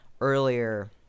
earlier